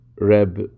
Reb